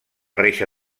reixa